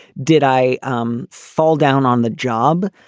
did i um fall down on the job?